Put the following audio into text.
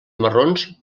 marrons